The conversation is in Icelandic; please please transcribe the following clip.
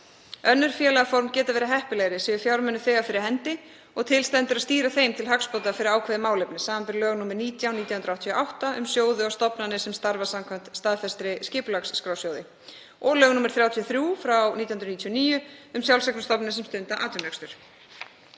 Önnur félagaform geta verið heppilegri séu fjármunir þegar fyrir hendi og til stendur að stýra þeim til hagsbóta fyrir ákveðið málefni, samanber lög nr. 19/1988, um sjóði og stofnanir sem starfa samkvæmt staðfestri skipulagsskrá, og lögum nr. 33/1999, um sjálfseignarstofnanir sem stunda